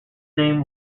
name